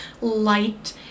light